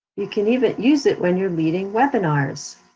you can even use it when you're leading webinars.